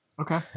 Okay